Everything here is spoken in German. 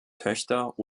töchter